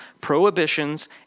prohibitions